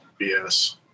BS